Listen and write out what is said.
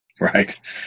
Right